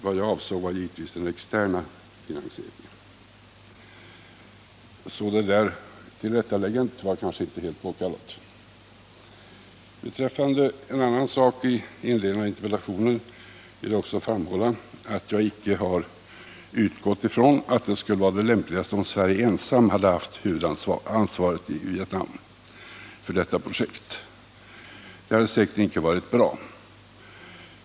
Vad jag avsåg var givetvis den externa finansieringen, så det där tillrättaläggandet var kanske inte helt påkallat. Beträffande en annan sak i inledningen till interpellationen vill jag också framhålla att jag icke har utgått ifrån att det skulle ha varit lämpligast att Sverige ensamt haft ansvaret i Vietnam för detta projekt. Det hade säkerligen inte varit bra.